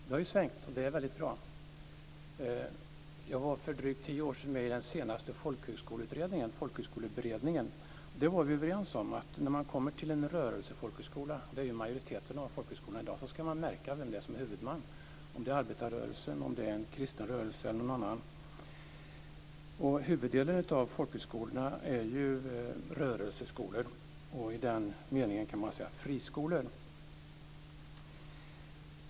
Det har ju svängt, och det är väldigt bra. Jag var för drygt tio år sedan med i den senaste folkhögskoleutredningen, Folkhögskoleberedningen. Där var vi överens om att när man kommer till en rörelsefolkhögskola, vilket majoriteten av folkhögskolorna är i dag, ska man märka vem det är som är huvudman, om det är arbetarrörelsen, om det är en kristen rörelse eller någon annan. Huvuddelen av folkhögskolorna är ju rörelseskolor och i den meningen, kan man säga, friskolor.